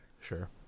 Sure